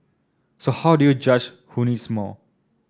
so how do you judge who needs more